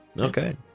Okay